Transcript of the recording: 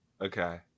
Okay